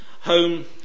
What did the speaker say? Home